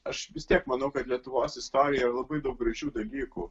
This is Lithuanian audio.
aš vis tiek manau kad lietuvos istorijoje labai daug gražių dalykų